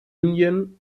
union